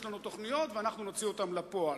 יש לנו תוכניות ואנחנו נוציא אותן לפועל.